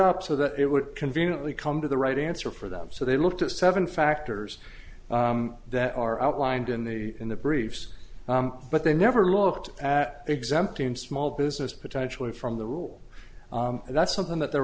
up so that it would conveniently come to the right answer for them so they looked at seven factors that are outlined in the in the briefs but they never looked at exempting small business potentially from the rule and that's something that they're